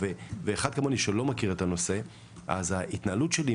כמו שחיליק אומר, זו התרבות.